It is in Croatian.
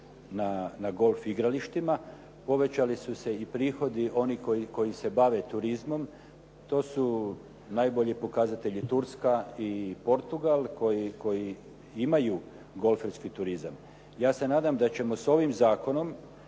na golf igralištima. Povećali su se i prihodi onih koji se bave turizmom. To su najbolji pokazatelji Turska i Portugal koji imaju golferski turizam. Ja se nadam da ćemo s ovim zakonom